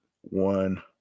one